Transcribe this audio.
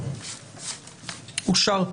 הצבעה אושר.